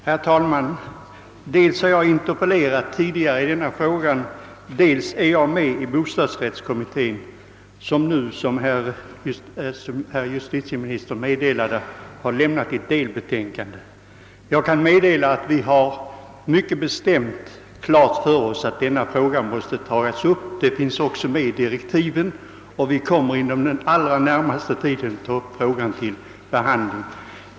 Herr talman! Dels har jag interpellerat tidigare i denna fråga, dels är jag ledamot av bostadsrättskommittén, vilken nu, såsom herr justitieministern meddelade, har avlämnat ett delbetän kande. Jag kan meddela att vi är mycket klart medvetna om att denna fråga måste tas upp. Spörsmålet finns också medtaget i direktiven, och vi kommer inom den allra närmaste tiden att ta upp det till behandling.